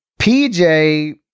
PJ